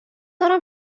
دارم